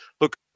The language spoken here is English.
look